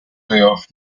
playoff